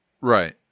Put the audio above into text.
Right